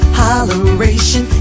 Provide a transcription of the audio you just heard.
holleration